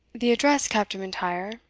the address, captain m'intyre,